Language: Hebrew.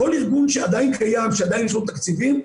כל ארגון שעדיין קיים ועדיין יש לו תקציבים,